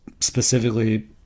specifically